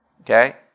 okay